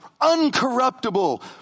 Uncorruptible